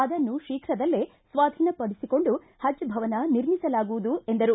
ಅದನ್ನು ಶೀಘದಲ್ಲೇ ಸ್ವಾಧೀನ ಪಡಿಸಿಕೊಂಡು ಪಜ್ ಭವನ ನಿರ್ಮಿಸಲಾಗುವುದು ಎಂದರು